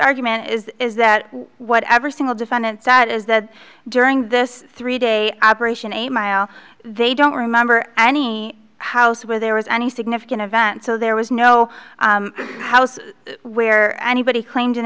argument is that whatever single defendant sat is that during this three day operation a mile they don't remember any house where there was any significant event so there was no house where anybody